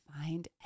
find